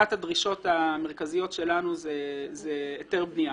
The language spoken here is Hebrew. אחת הדרישות המרכזיות שלנו היא היתר בנייה